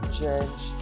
change